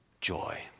joy